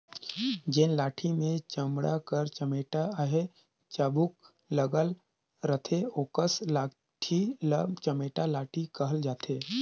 जेन लाठी मे चमड़ा कर चमेटा चहे चाबूक लगल रहथे ओकस लाठी ल चमेटा लाठी कहल जाथे